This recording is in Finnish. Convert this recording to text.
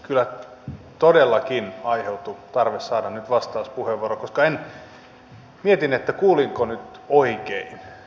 kyllä todellakin aiheutui tarve saada nyt vastauspuheenvuoro koska mietin kuulinko nyt oikein